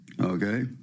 Okay